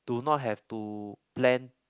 do not have to plan